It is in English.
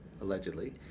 allegedly